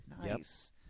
Nice